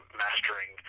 mastering